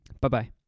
Bye-bye